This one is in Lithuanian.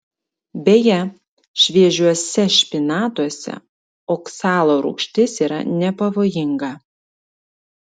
beje šviežiuose špinatuose oksalo rūgštis yra nepavojinga